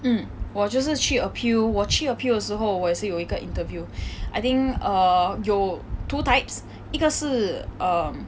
mm 我就是去 appeal 我去 appeal 的时候我也是有一个 interview I think err 有 two types 一个是 um